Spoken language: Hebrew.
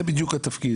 זה בדיוק התפקיד,